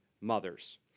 mothers